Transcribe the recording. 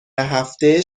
هفته